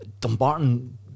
Dumbarton